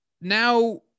now